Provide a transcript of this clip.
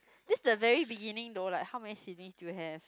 this is the very beginning though like how many siblings do you have